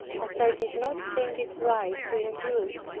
as i did not think it right to intrude,